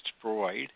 provide